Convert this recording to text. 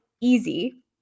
easy